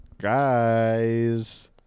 guys